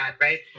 right